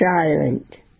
silent